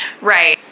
right